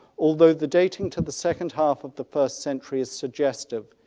although the dating to the second half of the first century is suggestive.